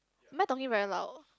am I talking very loud